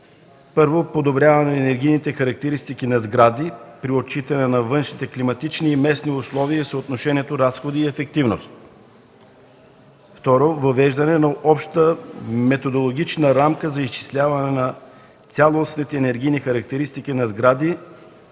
Първо, подобряване на енергийните характеристики на сгради при отчитане на външните климатични и местни условия и съотношението „разходи-ефективност”. Второ, въвеждане на обща методологична рамка за изчисляване на цялостните енергийни характеристики на сгради,